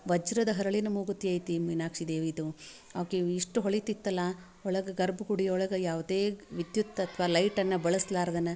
ವಜ್ರದ ಹರಳಿನ ಮೂಗುತಿ ಐತಿ ಮೀನಾಕ್ಷಿ ದೇವಿಯದು ಆಕೆ ಇಷ್ಟು ಹೊಳಿತಿತ್ತಲ್ಲ ಒಳಗೆ ಗರ್ಭಗುಡಿ ಒಳಗೆ ಯಾವುದೇ ವಿದ್ಯುತ್ ಅಥ್ವಾ ಲೈಟನ್ನು ಬಳಸ್ಲಾರ್ದೇನ